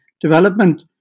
development